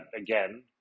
again